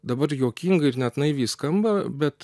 dabar juokinga ir net naiviai skamba bet